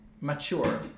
mature